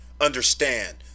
understand